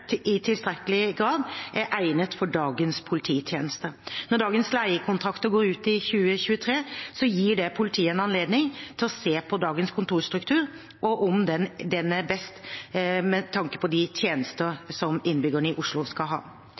i tilstrekkelig grad er egnet for dagens polititjeneste. Når dagens leiekontrakter går ut i 2023, gir det politiet en anledning til å se på dagens kontorstruktur, om den er best med tanke på de tjenester som innbyggerne i Oslo skal ha.